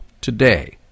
today